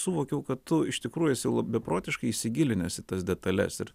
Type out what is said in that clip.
suvokiau kad tu iš tikrųjų esi beprotiškai įsigilinęs į tas detales ir